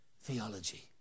theology